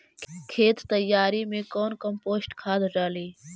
खेत तैयारी मे कौन कम्पोस्ट खाद डाली?